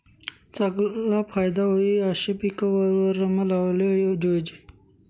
चागला फायदा व्हयी आशे पिक वावरमा लावाले जोयजे